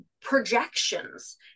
projections